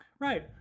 Right